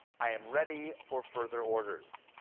i am ready for further orders.